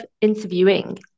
interviewing